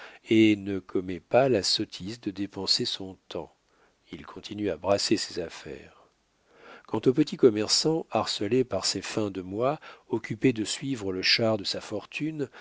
et ne commet pas la sottise de dépenser son temps il continue à brasser ses affaires quant au petit commerçant harcelé par ses fins de mois occupé de suivre le char de sa fortune